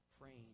praying